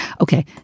Okay